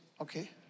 Okay